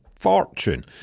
fortune